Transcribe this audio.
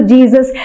Jesus